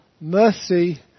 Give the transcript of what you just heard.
Mercy